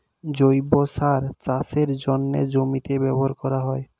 জৈব সার চাষের জন্যে জমিতে ব্যবহার করা হয়